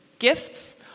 gifts